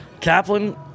Kaplan